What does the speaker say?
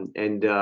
and